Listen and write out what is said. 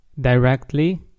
directly